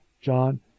John